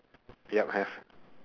yup have